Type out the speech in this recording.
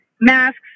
masks